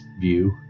view